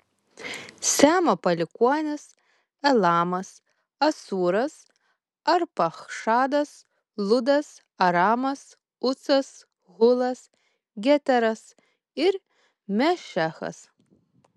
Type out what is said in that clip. semo palikuonys elamas asūras arpachšadas ludas aramas ucas hulas geteras ir mešechas